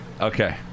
Okay